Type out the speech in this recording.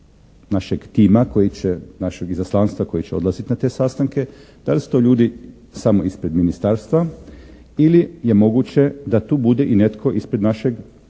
našega tima, našeg izaslanstva koje će odlaziti na te sastanke, da li su to ljudi samo ispred ministarstva ili je moguće da tu bude i netko ispred našeg